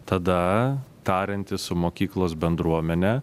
tada tariantis su mokyklos bendruomene